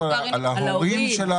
אתם מדברים על ההורים?